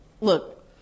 Look